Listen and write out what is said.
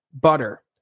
butter